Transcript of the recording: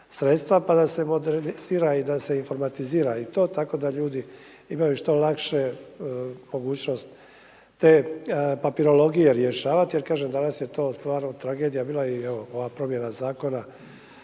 pa da se modernizira i da se informatizira tako da ljudi imaju što lakše mogućnost te papirologije rješavati. Jer kažem danas je to stvarno tragedija bila evo i ova promjena zakona,